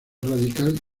radical